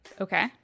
okay